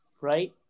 right